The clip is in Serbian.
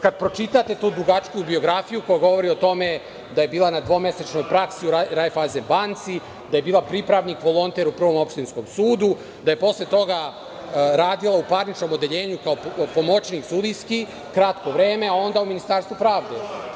Kad pročitate tu dugačku biografiju, koja govori o tome da je bila na dvomesečnoj praksi u Rajfajzen banci, da je bila pripravnik volonter u Prvom opštinskom sudu, da je posle toga radila u parničnom odeljenju kao pomoćnik sudijski kratko vreme, a onda u Ministarstvu pravde.